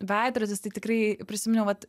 veidrodis tai tikrai prisiminiau vat